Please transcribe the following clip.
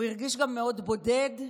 הוא הרגיש גם מאוד בודד,